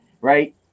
Right